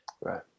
Right